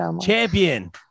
champion